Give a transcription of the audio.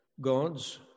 God's